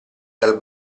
dal